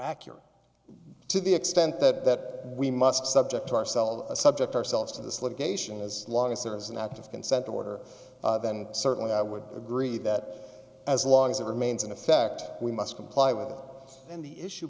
accurate to the extent that we must subject ourselves subject ourselves to this litigation as long as there is an active consent order then certainly i would agree that as long as it remains in effect we must comply with it and the issue